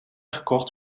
gekocht